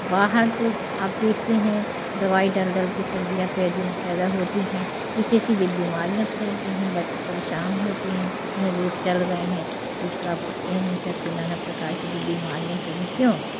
बाहर तो आप देखते हैं दवाई डल डल के सब्जियाँ पैदा होती है इससे से ये बीमारियाँ फैलती है बच्चे परेशान होते हैं कितने लोग चल गए हैं इसका कह नहीं सकते नाना प्रकार की बीमारीयाँ चली क्यों